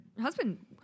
husband